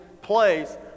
place